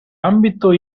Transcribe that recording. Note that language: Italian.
ambito